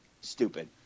stupid